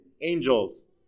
angels